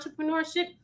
entrepreneurship